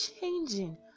changing